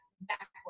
backwards